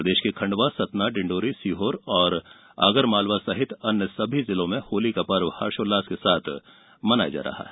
प्रदेश के खंडवा सतना डिंडोरी सीहोर और आगरमालवा सहित सभी जिलों में होली का पर्व हर्षोल्लास के साथ मनाया जा रहा है